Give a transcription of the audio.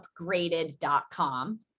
upgraded.com